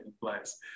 place